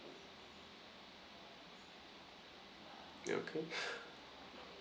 ya okay